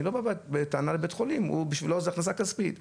אני לא בא בטענה לבית החולים בשבילו זו הכנסה כספית,